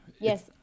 yes